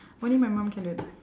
only my mum can do it